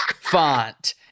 font